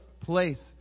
place